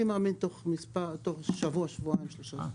תוך שבוע שבועיים שלושה שבועות.